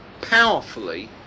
powerfully